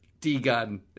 D-Gun